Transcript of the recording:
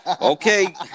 Okay